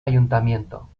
ayuntamiento